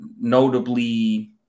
notably